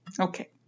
Okay